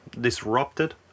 disrupted